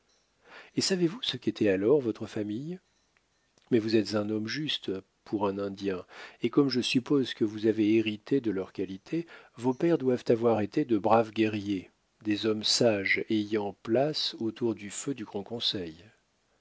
et savez-vous ce qu'était alors votre famille mais vous êtes un homme juste pour un indien et comme je suppose que vous avez hérité de leurs qualités vos pères doivent avoir été de braves guerriers des hommes sages ayant place autour du feu du grand conseil